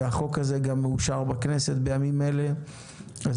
והחוק הזה מאושר בכנסת בימים אלה אז